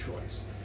choice